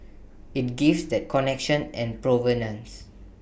IT gives that connection and provenance